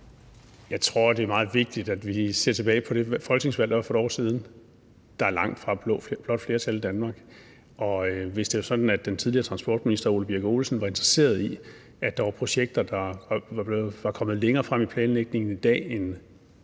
Jeg tror, det er meget vigtigt, at vi ser tilbage på det folketingsvalg, der var for et år siden; der er langtfra blåt flertal i Danmark. Og hvis det var sådan, at den tidligere transportminister Ole Birk Olesen var interesseret i, at der var projekter, der var kommet længere frem i planlægningen i dag, end